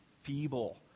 feeble